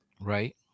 right